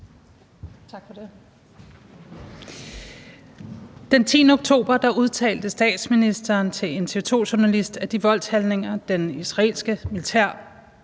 Den 10. oktober udtalte statsministeren til en TV 2-journalist, at de voldshandlinger, det israelske militær